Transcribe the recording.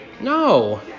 No